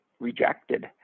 rejected